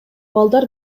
балдар